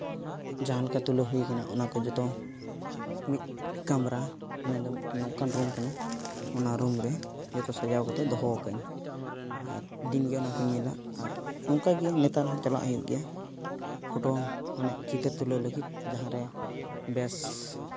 ᱡᱟᱦᱟᱸ ᱞᱮᱠᱟ ᱛᱩᱞᱟᱹᱣ ᱦᱩᱭ ᱠᱟᱱᱟ ᱚᱱᱟ ᱠᱚ ᱡᱚᱛᱚ ᱢᱤᱫ ᱠᱟᱢᱨᱟ ᱢᱮᱱ ᱫᱚ ᱢᱤᱫᱴᱟᱱ ᱱᱚᱝᱠᱟᱱ ᱨᱩᱢ ᱠᱟᱱᱟ ᱚᱱᱟ ᱨᱩᱢ ᱨᱮ ᱡᱚᱛᱚ ᱥᱟᱡᱟᱣ ᱠᱟᱛᱮᱫ ᱫᱚᱦᱚ ᱟᱠᱟᱫᱟᱹᱧ ᱟᱨ ᱫᱤᱱ ᱜᱮ ᱚᱱᱟ ᱠᱚᱧ ᱧᱮᱞᱟ ᱟᱨ ᱱᱚᱝᱠᱟᱜᱮ ᱱᱮᱛᱟᱨ ᱦᱚᱸ ᱪᱟᱞᱟᱜ ᱦᱩᱭᱩᱜ ᱜᱮᱭᱟ ᱯᱷᱳᱴᱳ ᱢᱟᱱᱮ ᱪᱤᱛᱟᱹᱨ ᱛᱩᱞᱟᱹᱣ ᱞᱟᱹᱜᱤᱫ ᱡᱟᱦᱟᱸ ᱨᱮ ᱵᱮᱥ